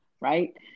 right